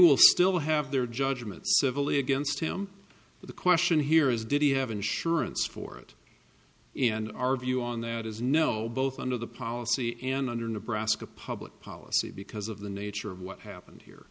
will still have their judgment civilly against him but the question here is did he have insurance for it in our view on that is no both under the policy and under nebraska public policy because of the nature of what happened here